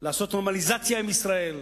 לעשות נורמליזציה עם ישראל,